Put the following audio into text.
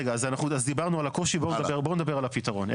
דיברנו על הקושי, בואו נדבר על הפתרון.